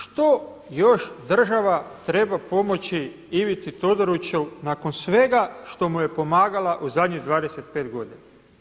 Što još država treba pomoći Ivici Todoriću nakon svega što mu je pomagala u zadnjih 25 godina?